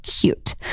cute